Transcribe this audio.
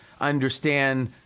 understand